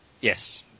yes